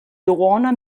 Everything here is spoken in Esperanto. duona